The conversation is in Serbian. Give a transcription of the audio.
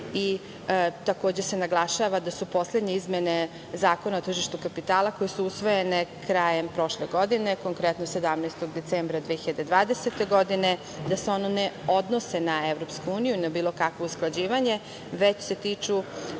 HOV.Takođe se naglašava da su poslednje izmene Zakona o tržištu kapitala, koje su usvojene krajem prošle godine, konkretno 17. decembra 2020. godine, da se ona ne odnose na EU, na bilo kakvo usklađivanje, već se tiču